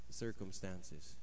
circumstances